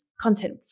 content